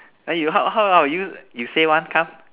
like you how how how about you you say one come